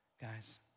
Guys